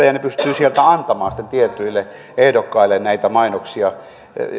ja pystyvätkö ne sieltä antamaan sitten tietyille ehdokkaille näitä mainoksia